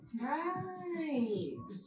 Right